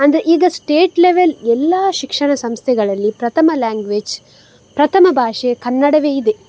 ಅಂದರೆ ಈಗ state level ಎಲ್ಲಾ ಶಿಕ್ಷಣ ಸಂಸ್ಥೆಗಳಲ್ಲಿ ಪ್ರಥಮ ಲಾಂಗ್ವೇಜ್ ಪ್ರಥಮ ಭಾಷೆ ಕನ್ನಡವೇ ಇದೆ